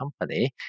company